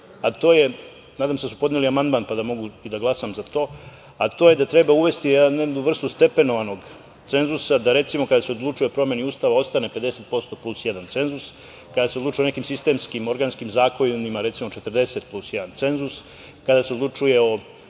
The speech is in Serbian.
većine, nadam se da su podneli amandman pa da mogu i da glasam za to, a to je da treba uvesti jednu vrstu stepenovanog cenzusa, da recimo kada se odlučuje o promeni Ustava ostane 50% plus jedan cenzus, kada se odlučuje o nekim sistemskim organskim zakonima, recimo, 40% plus jedan cenzus, kada se odlučuje o